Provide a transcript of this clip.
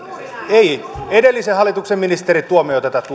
ei edellisen hallituksen ministeri tuomioja tätä tuonut